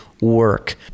work